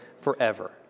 forever